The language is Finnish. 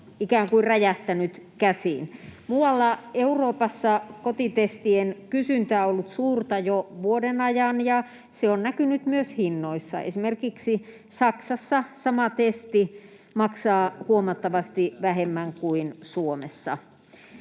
ikään kuin räjähtänyt käsiin. Muualla Euroopassa kotitestien kysyntä on ollut suurta jo vuoden ajan, ja se on näkynyt myös hinnoissa. Esimerkiksi Saksassa sama testi maksaa huomattavasti vähemmän kuin Suomessa.